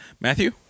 Matthew